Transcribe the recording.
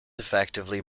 effectively